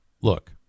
look